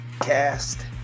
cast